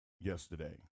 yesterday